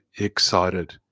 excited